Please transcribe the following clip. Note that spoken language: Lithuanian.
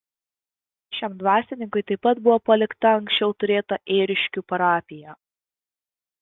šiam dvasininkui taip pat buvo palikta anksčiau turėta ėriškių parapija